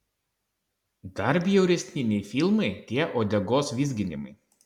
dar bjauresni nei filmai tie uodegos vizginimai